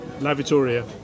L'Avatoria